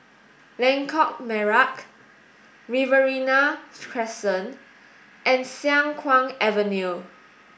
Lengkok Merak Riverina Crescent and Siang Kuang Avenue